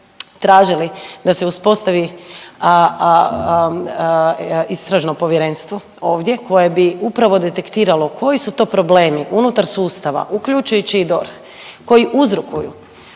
tražili da se uspostavi istražno povjerenstvo ovdje koje bi upravo detektiralo koji su to problemi unutar sustava uključujući i DORH koji uzrokuju